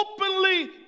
openly